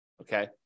okay